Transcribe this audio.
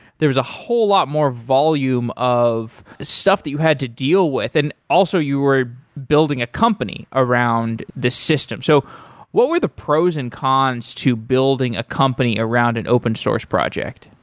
there's a whole lot more volume of stuff that you had to deal with and also you were building a company around the system so what were the pros and cons to building a company around an open source project?